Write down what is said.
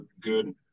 good